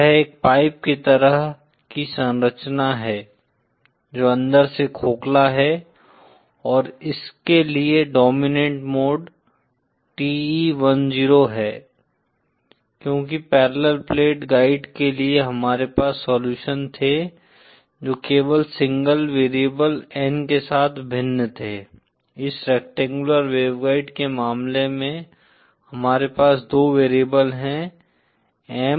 यह एक पाइप की तरह की संरचना है जो अंदर से खोखला है और इसके लिए डोमिनेंट मोड TE10 है क्योंकि पैरेलल प्लेट गाइड के लिए हमारे पास सोल्युशन थे जो केवल सिंगल वेरिएबल N के साथ भिन्न थे इस रेक्टेंगुलर वेवगाइड के मामले में हमारे पास दो वेरिएबल हैं M और N